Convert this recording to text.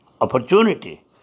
opportunity